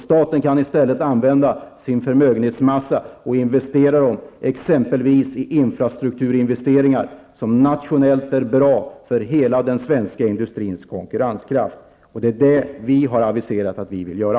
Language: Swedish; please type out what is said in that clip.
Staten kan i stället använda sin förmögenhetsmassa och investera den i exempelvis infrastruktur. Det är nationellt bra för hela den svenska industrins konkurrenskraft. Det är detta vi har aviserat att vi vill göra.